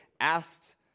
asked